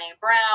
Brown